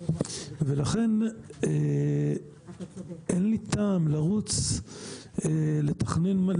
לכן אין לי טעם לרוץ לתכנן,